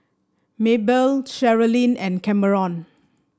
Mabelle Cherilyn and Cameron